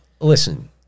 Listen